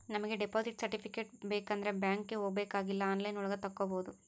ನಮಿಗೆ deposit certificate ಬೇಕಂಡ್ರೆ ಬ್ಯಾಂಕ್ಗೆ ಹೋಬಾಕಾಗಿಲ್ಲ ಆನ್ಲೈನ್ ಒಳಗ ತಕ್ಕೊಬೋದು